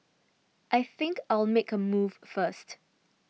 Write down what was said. I think I'll make a move first